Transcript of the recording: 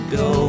go